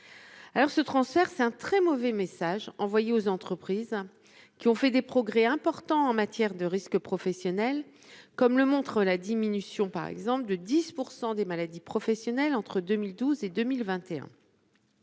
ce transfert, c'est un très mauvais message envoyé aux entreprises qui ont fait des progrès importants en matière de risques professionnel comme le montre la diminution par exemple de 10 pour 100 des maladies professionnelles entre 2012 et 2021